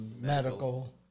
medical